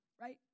Right